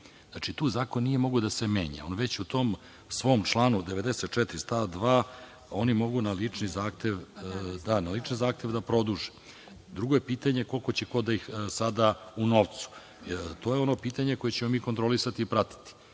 Znači, tu zakon nije mogao da se menja. On je već u tom svom članu 94. stav 2. oni mogu na lični zahtev da produže. Drugo je pitanje, koliko će ko da ih sada u novcu, to je ono pitanje koje ćemo mi kontrolisati i pratiti,